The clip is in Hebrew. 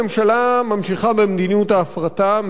הממשלה ממשיכה במדיניות ההפרטה,